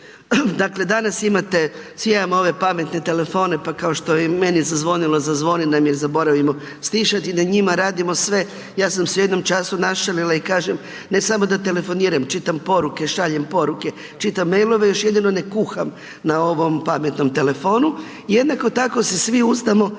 dakle, danas imate, svi imamo ove pametne telefone, pa kao što je i meni zazvonilo, zazvoni nam jer zaboravimo stišati, na njima radimo sve, ja sam se u jednom času našalila i kažem ne samo da telefoniram, čitam poruke, šaljem poruke, čitam mailove, još jedino ne kuham na ovom pametnom telefonu. Jednako tako se svi uzdamo